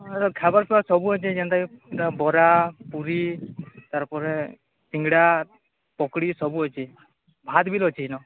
ହଁ ଏଠି ଖାଇବା ପିଇବା ସବୁ ଅଛି ଯେନ୍ତା କି ବରା ପୁରି ତାପରେ ସିଙ୍ଗଡ଼ା ପକୋଡ଼ି ସବୁ ଅଛି ଭାତ୍ ବି ଅଛି ଇନ